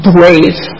Brave